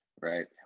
Right